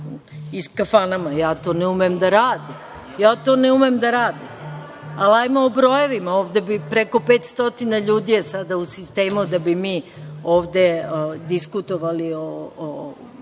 i sa kafanama. Ja to ne umem da radim. Ja to ne umem da radim, ali hajdemo u brojevima. Preko 500 ljudi je sada u sistemu da bismo mi ovde diskutovali o